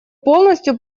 полностью